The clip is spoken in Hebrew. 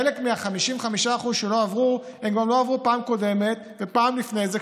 חלק מה-55% שלא עברו גם לא עברו בפעם קודמת ובפעם לפני זה,